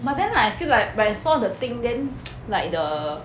but then like I feel like when I saw the thing then like the